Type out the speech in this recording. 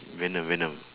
venom venom